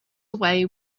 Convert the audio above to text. away